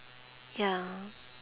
ya